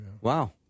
Wow